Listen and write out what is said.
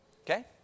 Okay